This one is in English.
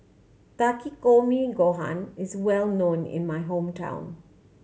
Takikomi Gohan is well known in my hometown